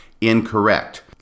incorrect